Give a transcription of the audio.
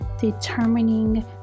determining